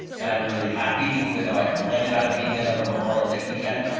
and i'm really happy. even though i complained about it being done over memorial day weekend.